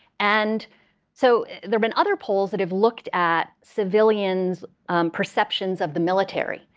and so there've been other polls that have looked at civilians' perceptions of the military.